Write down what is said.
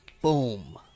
boom